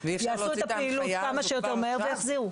יעשו את הפעילות כמה שיותר מהר ויחזירו.